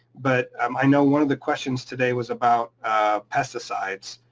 but um i know one of the questions today was about pesticides,